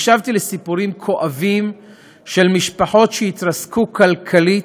הקשבתי לסיפורים כואבים של משפחות שהתרסקו כלכלית,